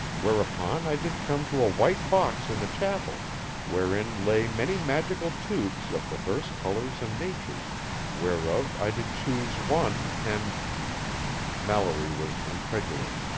whereupon i did come to a white box in the chapel wherein lay many magical tubes of diverse colors and natures whereof i did choose one and mallory was incredulous.